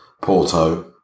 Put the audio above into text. Porto